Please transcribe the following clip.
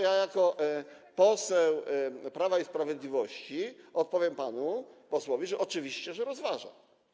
Ja jako poseł Prawa i Sprawiedliwości odpowiem panu posłowi, że oczywiście rozważa.